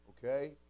Okay